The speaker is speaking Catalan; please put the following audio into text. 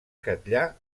catllar